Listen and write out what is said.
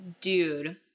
dude